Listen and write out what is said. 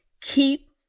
keep